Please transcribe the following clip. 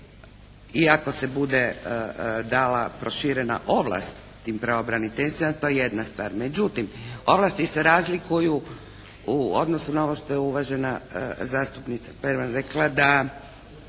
ako se bude dala proširena ovlast tim pravobraniteljstvima to je jedna stvar. Međutim ovlasti se razlikuju u odnosu na ovo što je uvažena zastupnica Perman rekla da